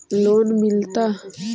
Loan मिलता?